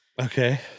Okay